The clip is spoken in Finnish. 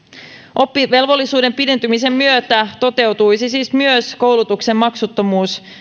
oppivelvollisuuden pidentymisen myötä toteutuisivat siis myös koulutuksen maksuttomuus